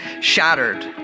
shattered